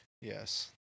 Yes